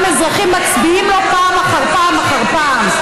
אזרחים מצביעים לו פעם אחר פעם אחר פעם.